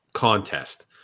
Contest